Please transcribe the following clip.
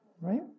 Right